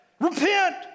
Repent